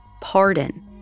pardon